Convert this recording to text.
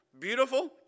beautiful